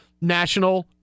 national